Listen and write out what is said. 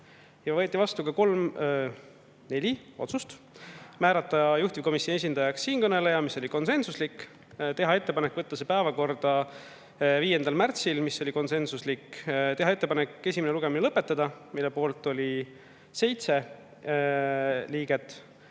tehtud. Võeti vastu neli otsust: määrata juhtivkomisjoni esindajaks siinkõneleja, mis oli konsensuslik; teha ettepanek võtta eelnõu päevakorda 5. märtsil, mis oli konsensuslik; teha ettepanek esimene lugemine lõpetada, mille poolt oli 7 liiget,